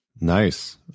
Nice